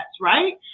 right